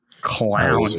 clown